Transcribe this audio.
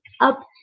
up